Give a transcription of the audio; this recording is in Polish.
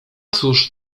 cóż